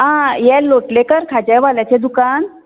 आं हें लोटलीकर खाजेवाल्याचें दुकान